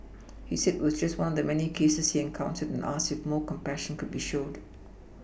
he said it was just one of many cases he encountered and asked if more compassion could be shown